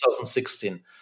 2016